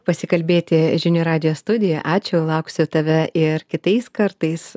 pasikalbėti žinių radijo studija ačiū lauksiu tave ir kitais kartais